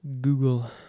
Google